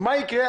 מה יקרה?